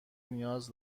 نیاز